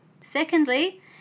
Secondly